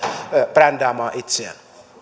brändäämään itseään